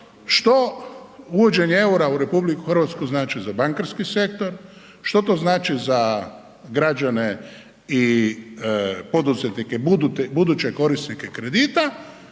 što uvođenje eura u RH znači za bankarski sektor, što to znači za građane i poduzetnike, buduće korisnike kredita